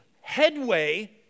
headway